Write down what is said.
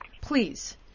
please